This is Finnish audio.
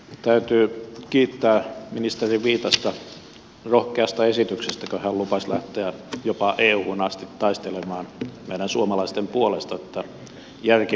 täytyy kiittää ministeri viitasta rohkeasta esityksestä kun hän lupasi lähteä jopa euhun asti taistelemaan meidän suomalaisten puolesta että järki voittaisi